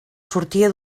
sortia